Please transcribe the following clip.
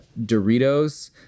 Doritos